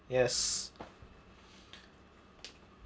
yes